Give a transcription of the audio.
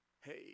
hey